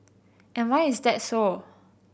and why is that so